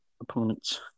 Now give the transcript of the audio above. opponents